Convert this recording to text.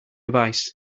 device